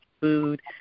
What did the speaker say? food